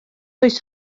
oes